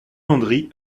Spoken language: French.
landry